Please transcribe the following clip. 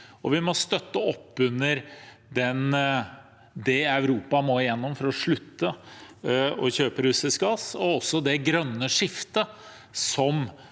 Vi må støtte opp om det Europa må gjennom for å slutte å kjøpe russisk gass, og også støtte opp om det grønne skiftet som